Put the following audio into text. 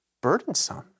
burdensome